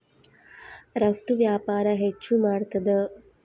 ರಫ್ತು ವ್ಯಾಪಾರ ಹೆಚ್ಚು ಮಾಡ್ತಾದ